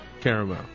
Caramel